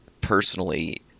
personally